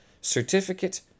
Certificate